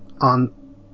on